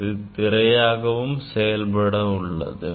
அதன் திரையாகவும் செயல்பட உள்ளது